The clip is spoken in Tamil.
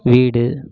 வீடு